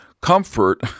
comfort